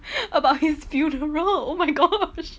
about his funeral oh my gosh